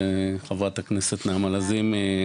חברת הכנסת נעמה לזימי,